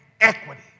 equity